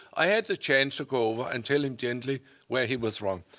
i had the chance to go and tell him gently where he was wrong.